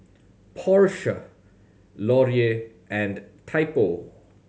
Porsche Laurier and Typo